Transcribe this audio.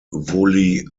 wholly